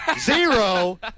Zero